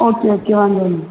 okay okay વાંધો નહીં